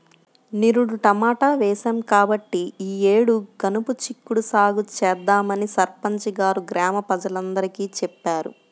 నిరుడు టమాటా వేశాం కాబట్టి ఈ యేడు గనుపు చిక్కుడు సాగు చేద్దామని సర్పంచి గారు గ్రామ ప్రజలందరికీ చెప్పారు